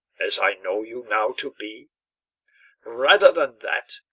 as i know you now to be rather than that,